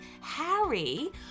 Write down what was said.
Harry